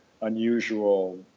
unusual